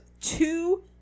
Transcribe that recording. two